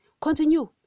continue